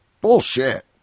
bullshit